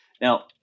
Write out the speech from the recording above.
Now